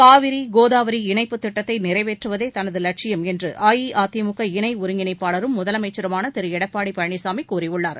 காவிரி கோதாவரி இணைப்பு திட்டத்தை நிறைவேற்றுவதே தனது லட்சியம் என்று அஇஅதிமுக இணை ஒருங்கிணைப்பாளரும் முதலமைச்சருமான திரு எடப்பாடி பழனிசாமி கூறியுள்ளார்